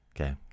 Okay